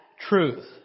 truth